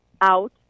out